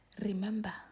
Remember